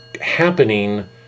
happening